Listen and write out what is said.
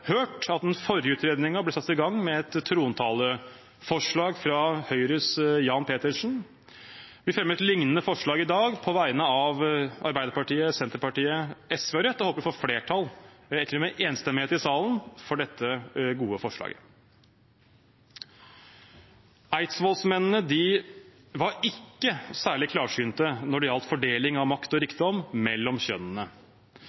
hørt at den forrige utredningen ble satt i gang med et trontaleforslag fra Høyres Jan Petersen. Vi fremmer et lignende forslag i dag på vegne av Arbeiderpartiet, Senterpartiet, SV og Rødt og håper det blir flertall eller til og med enstemmighet i salen for dette gode forslaget. Eidsvollsmennene var ikke særlig klarsynte når det gjaldt fordeling av makt og